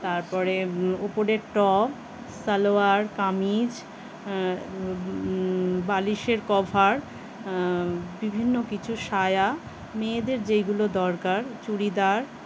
তারপরে ওপরের টপ সালোয়ার কামিজ বালিশের কভার বিভিন্ন কিছু সায়া মেয়েদের যেইগুলো দরকার চুড়িদার